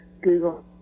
Google